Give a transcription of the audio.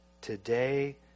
Today